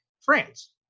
france